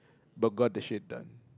but got the shade done